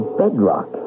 bedrock